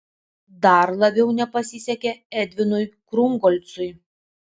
dar labiau nepasisekė edvinui krungolcui